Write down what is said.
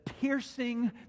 Piercing